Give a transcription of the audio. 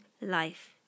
life